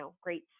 great